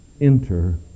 enter